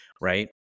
right